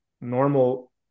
normal